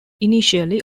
initially